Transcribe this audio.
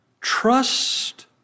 Trust